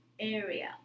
area